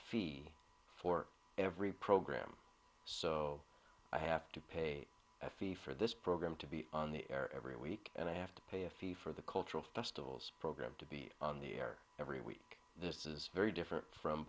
fee for every program so i have to pay a fee for this program to be on the air every week and i have to pay a fee for the cultural festivals programme to be on the air every week this is very different from